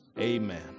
Amen